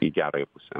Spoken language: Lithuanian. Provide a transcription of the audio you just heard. į gerąją pusę